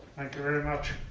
thank you very much.